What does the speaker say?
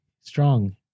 strong